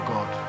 God